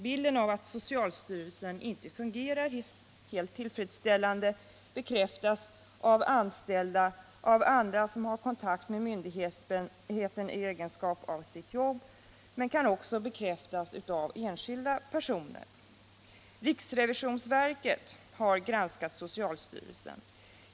Bilden av att socialstyrelsen inte fungerar tillfredsställande bekräftas av anställda och folk som har kontakt med myndigheten i sitt jobb men kan också bekräftas av enskilda personer. Riksrevisionsverket har granskat socialstyrelsen.